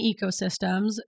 ecosystems